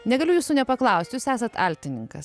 negaliu jūsų nepaklaust jūs esat altininkas